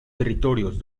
territorios